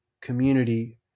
community